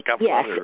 Yes